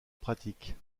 pratique